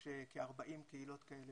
יש כ-40 קהילות כאלה